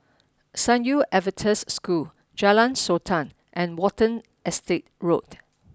San Yu Adventist School Jalan Sultan and Watten Estate Road